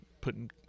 putting